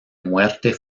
muerte